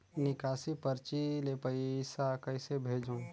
निकासी परची ले पईसा कइसे भेजों?